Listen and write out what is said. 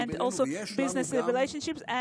המשותפים ואת הקשרים הכלכליים העסקיים הקרובים אלינו,